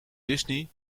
disney